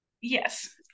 Yes